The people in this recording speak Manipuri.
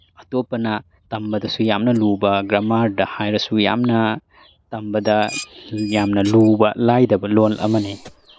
ꯑꯇꯣꯞꯄꯅ ꯇꯝꯕꯗꯁꯨ ꯌꯥꯝꯅ ꯂꯨꯕ ꯒ꯭ꯔꯥꯃꯥꯔꯗ ꯍꯥꯏꯔꯁꯨ ꯌꯥꯝꯅ ꯇꯝꯕꯗ ꯌꯥꯝꯅ ꯂꯨꯕ ꯂꯥꯏꯗꯕ ꯂꯣꯜ ꯑꯃꯅꯤ